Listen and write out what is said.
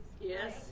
Yes